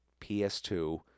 ps2